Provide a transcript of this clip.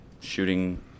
shooting